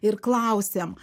ir klausėm